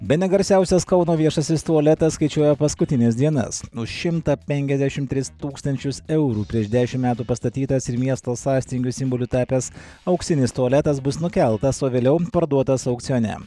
bene garsiausias kauno viešasis tualetas skaičiuoja paskutines dienas nuo šimtą penkiasdešimt tris tūkstančius eurų prieš dešimt metų pastatytas ir miesto sąstingio simboliu tapęs auksinis tualetas bus nukeltas o vėliau parduotas aukcione